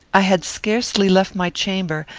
i had scarcely left my chamber,